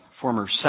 former